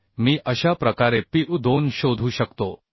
तर मी अशा प्रकारे PU 2 शोधू शकतो